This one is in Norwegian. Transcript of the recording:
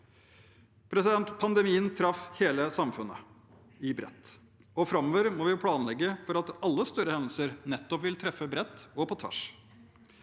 rammer. Pandemien traff hele samfunnet bredt, og framover må vi planlegge for at alle større hendelser nettopp vil treffe bredt og på tvers.